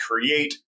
create